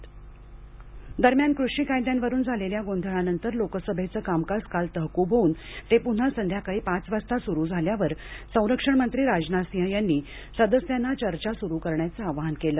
लोकसभा चर्चा दरम्यान कृषी कायद्यांवरून झालेल्या गोंधळानंतर लोकसभेचं कामकाज तहकूब होऊन ते पुन्हा संध्याकाळी पाच वाजता सुरू झाल्यावर संरक्षण मंत्री राजनाथ सिंह यांनी सदस्यांना चर्चा सुरू करण्याचं आवाहन केलं